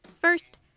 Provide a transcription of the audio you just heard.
First